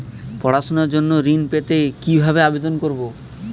পড়াশুনা জন্য ঋণ পেতে কিভাবে আবেদন করব?